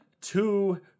two